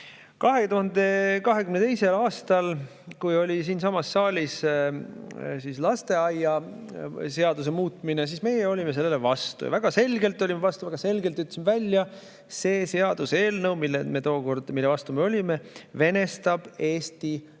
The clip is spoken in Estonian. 2022. aastal, kui oli siinsamas saalis lasteaiaseaduse muutmine, siis meie olime sellele vastu. Väga selgelt olime vastu, väga selgelt ütlesime välja, et see seaduseelnõu, mille vastu me tookord olime, venestab Eesti